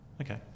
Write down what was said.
Okay